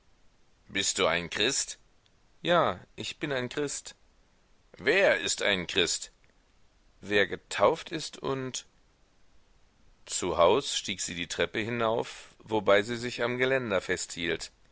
bist du ein christ ja ich bin ein christ wer ist ein christ wer getauft ist und zu haus stieg sie die treppe hinauf wobei sie sich am geländer festhielt